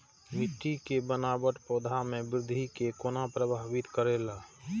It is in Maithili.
मिट्टी के बनावट पौधा के वृद्धि के कोना प्रभावित करेला?